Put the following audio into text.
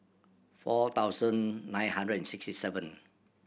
four thousand nine hundred and sixty seven